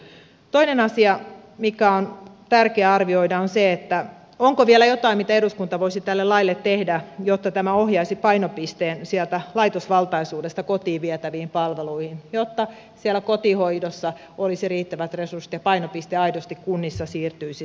toinen asia mikä on tärkeä arvioida on se onko vielä jotain mitä eduskunta voisi tälle laille tehdä jotta tämä ohjaisi painopisteen laitosvaltaisuudesta kotiin vietäviin palveluihin jotta kotihoidossa olisi riittävät resurssit ja kunnissa painopiste aidosti siirtyisi sinne